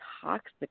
toxic